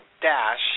dash